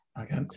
okay